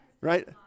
Right